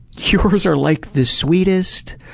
yours are like the sweetest,